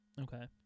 Okay